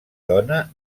dona